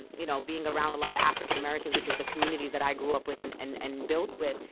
and you know being around a lot of african-americans which is the communities that i grew up with and and and built with,